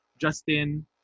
Justin